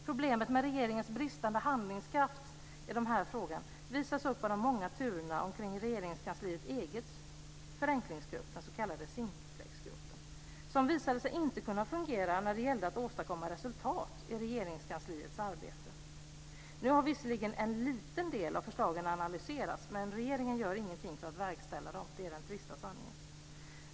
Problemet med regeringens bristande handlingskraft i de här frågorna visas av de många turerna kring Regeringskansliets egen förenklingsgrupp, den s.k. Simplexgruppen, som visade sig inte kunna fungera när det gällde att åstadkomma resultat i Regerignskansliets arbete. Visserligen har en liten del av förslagen analyserats, men regeringen gör ingenting för att verkställa dem. Det är den trista sanningen.